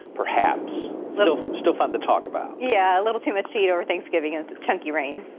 perhaps so still fun to talk about. yeah a little too much to your thanksgiving and check your i mean